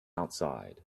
outside